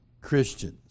Christians